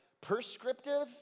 prescriptive